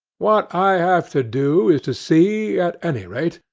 what i have to do is to see, at any rate,